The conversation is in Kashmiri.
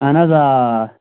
اہن حظ آ